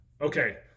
okay